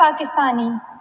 Pakistani